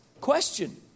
question